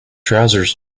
trousers